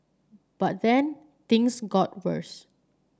but then things got worse